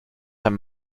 have